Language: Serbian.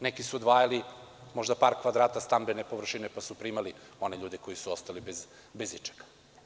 Neki su odvajali možda par kvadrata stambene površine, pa su primali one ljude koji su ostali bez ičega.